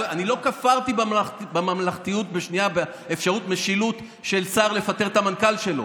אני לא כפרתי בממלכתיות ובאפשרות המשילות של שר לפטר את המנכ"ל שלו.